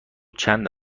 چند